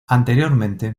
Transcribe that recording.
anteriormente